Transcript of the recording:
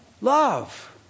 Love